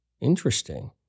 Interesting